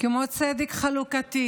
כמו צדק חלוקתי